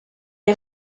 est